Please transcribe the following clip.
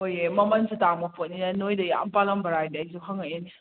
ꯑꯩꯈꯣꯏꯒꯤ ꯃꯃꯜꯁꯨ ꯇꯥꯡꯕ ꯄꯣꯠꯅꯤꯅ ꯅꯣꯏꯗꯩ ꯌꯥꯝ ꯄꯥꯜꯂꯝꯕꯗ ꯑꯩꯁꯨ ꯍꯪꯉꯛꯏꯅꯦ